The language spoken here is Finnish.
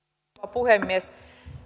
puhemies